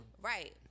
Right